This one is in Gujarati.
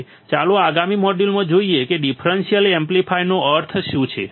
હવે ચાલો આગામી મોડ્યુલમાં જોઈએ કે ડિફરન્સીયલ એમ્પ્લીફાયરનો અર્થ શું છે